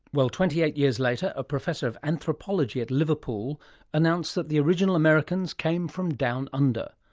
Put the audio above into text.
well, twenty eight years later a professor of anthropology at liverpool announced that the original americans came from down under.